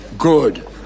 Good